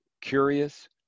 curious